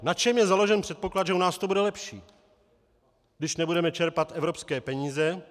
Na čem je založen předpoklad, že u nás to bude lepší, když nebudeme čerpat evropské peníze?